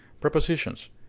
Prepositions